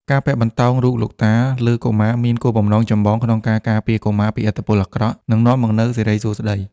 ការពាក់បន្តោងរូបលោកតាលើកុមារមានគោលបំណងចម្បងក្នុងការការពារកុមារពីឥទ្ធិពលអាក្រក់ និងនាំមកនូវសិរីសួស្តី។